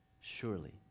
Surely